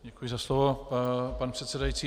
Děkuji za slovo, pane předsedající.